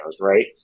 right